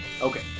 Okay